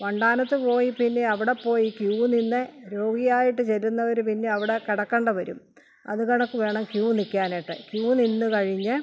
വണ്ടാനത്ത് പോയി പിന്നെ അവിടെ പോയി ക്യൂ നിന്ന് രോഗിയായിട്ട് ചെല്ലുന്നവർ പിന്നെ അവിടെ കിടക്കേണ്ടി വരും അതു കണക്ക് വേണം ക്യൂ നിൽക്കാനായിട്ട് ക്യൂ നിന്നു കഴിഞ്ഞ്